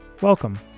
welcome